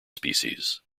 species